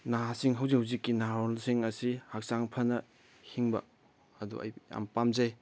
ꯅꯍꯥꯁꯤꯡ ꯍꯧꯖꯤꯛ ꯍꯧꯖꯤꯛꯀꯤ ꯅꯍꯥꯔꯣꯟꯁꯤꯡ ꯑꯁꯤ ꯍꯛꯆꯥꯡ ꯐꯅ ꯍꯤꯡꯕ ꯑꯗꯨ ꯑꯩ ꯌꯥꯝ ꯄꯥꯝꯖꯩ